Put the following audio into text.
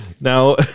now